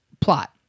plot